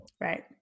Right